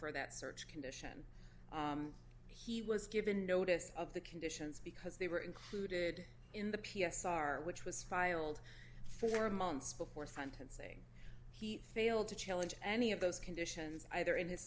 for that search condition he was given notice of the conditions because they were included in the p s r which was filed four months before sentencing he failed to challenge any of those conditions either in his